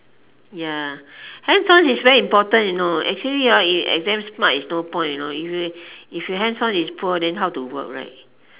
ya hands on is very important you know actually ah if you exam smart is no point you know if you if you hands on is poor then how to work right